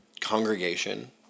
congregation